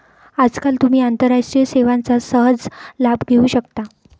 आजकाल तुम्ही आंतरराष्ट्रीय सेवांचा सहज लाभ घेऊ शकता